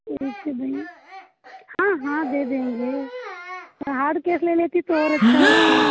ठीक है भाई हाँ हाँ दे देंगे हार्ड कैश ले लेती तो और अच्छा होता